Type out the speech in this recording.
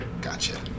Gotcha